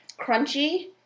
crunchy